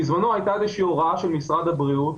בזמנו הייתה הוראה של משרד הבריאות,